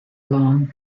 long